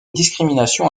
discriminations